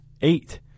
eight